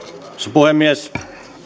puhemies